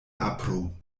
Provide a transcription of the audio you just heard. apro